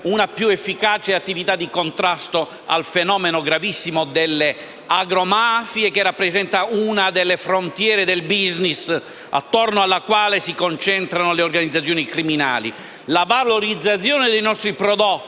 una più efficace attività di contrasto al fenomeno gravissimo delle agromafie, che rappresenta una delle frontiere del *business* attorno alla quale si concentrano le organizzazioni criminali. Tra le altre questioni